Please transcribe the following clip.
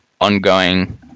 ongoing